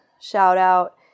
shout-out